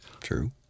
True